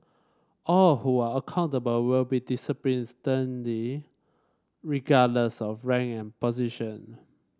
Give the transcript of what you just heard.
all who are accountable will be disciplined sternly regardless of rank and position